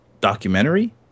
documentary